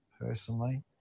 personally